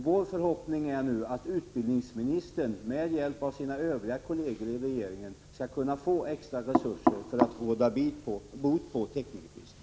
Vår förhoppning är nu att utbildningsministern med hjälp av sina kolleger i regeringen skall kunna få extra resurser för att råda bot på teknikerbristen.